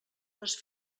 les